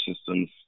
systems